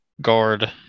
guard